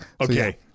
Okay